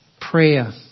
Prayer